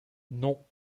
non